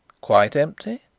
quite empty?